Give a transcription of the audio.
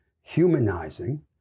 humanizing